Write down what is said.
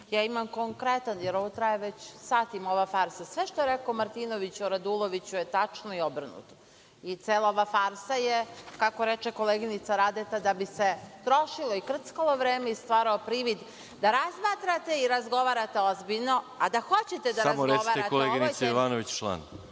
više nije tu. Ovo traje već satima ova farsa. Sve što je rekao Martinović o Raduloviću je tačno i obrnuto, i cela ova farsa je, kako reče koleginica Radeta da bi se trošilo i krckalo vreme i stvarao privid da razmatrate i razgovarate ozbiljno, a da hoćete da razgovarate o ovoj temi… **Veroljub Arsić**